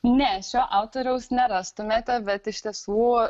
ne šio autoriaus nerastumėte bet iš tiesų